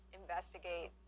investigate